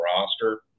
roster